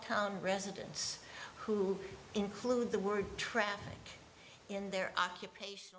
town residents who include the word traffic in their occupation